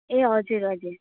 ए हजुर हजुर